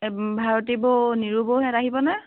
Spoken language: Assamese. ভৰতী বৌ নীৰু বৌ সিহঁতে আহিবনে